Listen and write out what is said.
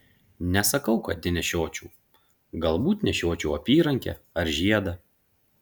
nesakau kad nenešiočiau galbūt nešiočiau apyrankę ar žiedą